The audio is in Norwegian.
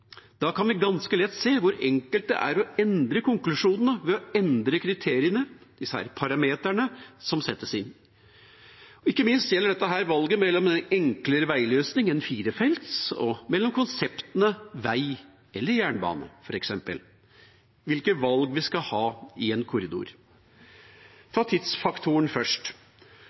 Da kan vi ganske lett se hvor enkelt det er å endre konklusjonene ved å endre kriteriene, de parameterne, som settes inn. Ikke minst gjelder dette i valget mellom en enklere veiløsning enn firefelts, og mellom konseptene vei eller jernbane, f.eks., med tanke på hvilke valg vi skal ha i en korridor. Ta tidsfaktoren først: